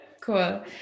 Cool